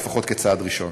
לפחות כצעד ראשון.